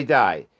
die